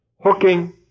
hooking